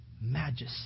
majesty